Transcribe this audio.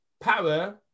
power